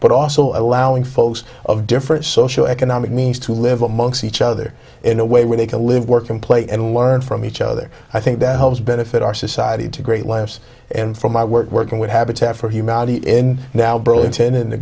but also allowing folks of different socio economic means to live amongst each other in a way where they can live work and play and learn from each other i think that helps benefit our society to great laughs and from my work working with habitat for humanity and now burlington in the